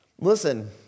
Listen